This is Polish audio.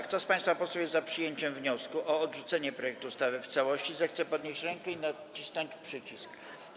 Kto z państwa posłów jest za przyjęciem wniosku o odrzucenie projektu ustawy w całości, zechce podnieść rękę i nacisnąć przycisk.